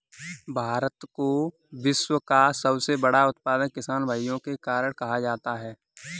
भारत को विश्व का सबसे बड़ा उत्पादक किसान भाइयों के कारण कहा जाता है